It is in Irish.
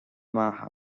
mbeatha